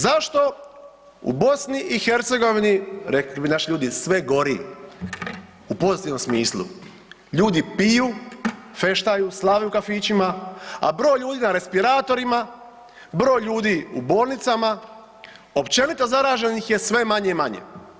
Zašto u BiH, rekli bi naši ljudi sve gori u pozitivnom smislu, ljudi piju, feštaju, slave u kafićima, a broj ljudi na respiratorima, broj ljudi u bolnicama, općenito zaraženih je sve manje i manje.